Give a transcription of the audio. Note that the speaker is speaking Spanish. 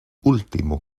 último